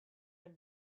him